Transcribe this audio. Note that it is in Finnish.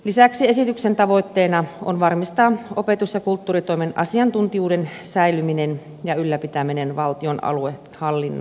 lisäksi esityksen tavoitteena on varmistaa opetus ja kulttuuritoimen asiantuntijuuden säilyminen ja ylläpitäminen valtion aluehallinnossa